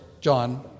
John